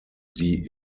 die